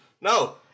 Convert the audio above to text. No